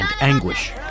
anguish